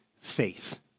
faith